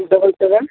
double seven